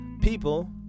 people